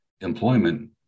employment